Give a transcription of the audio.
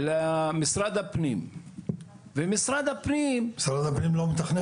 למשרד הפנים --- משרד הפנים הוא לא מתכנן.